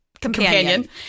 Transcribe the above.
companion